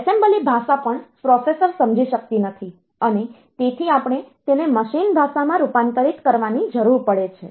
assembly ભાષા પણ processor સમજી શકતી નથી અને તેથી આપણે તેને મશીન ભાષામાં રૂપાંતરિત કરવાની જરૂર પડે છે